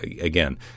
again